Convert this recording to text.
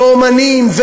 ואמנים,